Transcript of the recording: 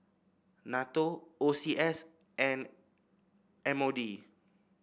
NATO O C S and M O D